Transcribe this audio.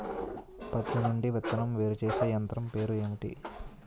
పత్తి నుండి విత్తనం వేరుచేసే యంత్రం పేరు ఏంటి